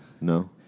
No